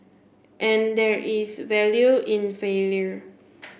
and there is value in failure